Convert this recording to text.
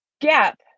gap